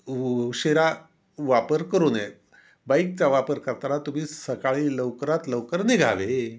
उशीरा वापर करू नये बाईकचा वापर करताना तुम्ही सकाळी लवकरात लवकर निघावे